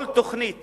כל תוכנית